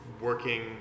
working